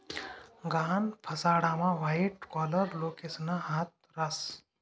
गहाण फसाडामा white collar लोकेसना हात रास